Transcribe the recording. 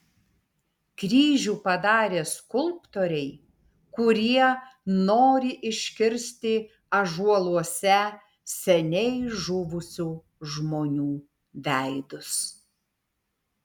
kryžių padarė skulptoriai kurie nori iškirsti ąžuoluose seniai žuvusių žmonių veidus